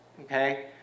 Okay